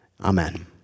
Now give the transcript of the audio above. Amen